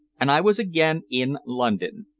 and i was again in london.